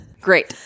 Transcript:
Great